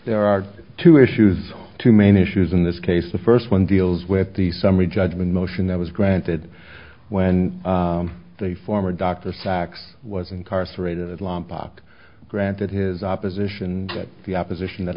there are two issues two main issues in this case the first one deals with the summary judgment motion that was granted when the former dr sacks was incarcerated at lompoc granted his opposition the opposition that